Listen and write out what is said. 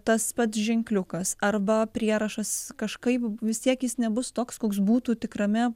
tas pats ženkliukas arba prierašas kažkaip vis tiek jis nebus toks koks būtų tikrame